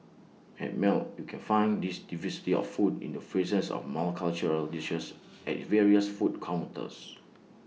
at melt you can find this diversity of foods in the presence of multicultural dishes at its various food counters